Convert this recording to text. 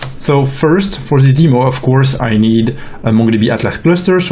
so first, for the demo, of course, i need a mongodb atlas cluster. so